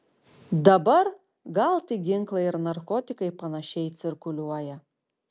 dabar gal tik ginklai ir narkotikai panašiai cirkuliuoja